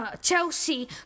Chelsea